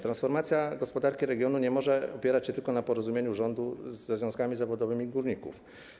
Transformacja gospodarki regionu nie może opierać się tylko na porozumieniu rządu ze związkami zawodowymi górników.